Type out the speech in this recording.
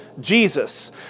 Jesus